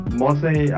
mostly